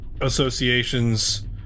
associations